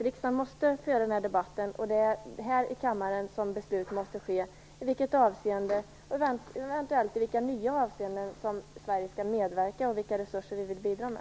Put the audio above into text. Riksdagen måste föra den debatten, och det är här i kammaren som beslut skall fattas om i vilka nya avseenden som Sverige skall medverka och vilka resurser som vi vill bidra med.